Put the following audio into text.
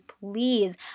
please